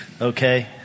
okay